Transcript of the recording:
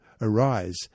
Arise